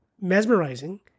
mesmerizing